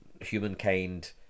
humankind